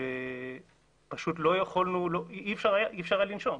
ופשוט אי אפשר היה לנשום.